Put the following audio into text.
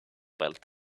belt